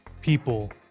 people